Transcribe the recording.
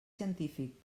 científic